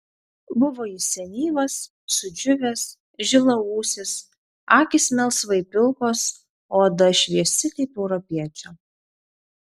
buvo jis senyvas sudžiūvęs žilaūsis akys melsvai pilkos o oda šviesi kaip europiečio